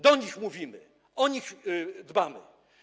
Do nich mówimy, o nich dbamy.